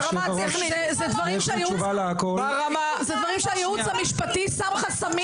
זה דברים שהייעוץ המשפטי שם חסמים